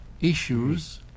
issues